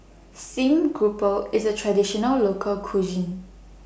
Steamed Grouper IS A Traditional Local Cuisine